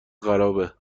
خرابه